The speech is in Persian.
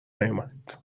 نیومد